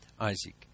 Isaac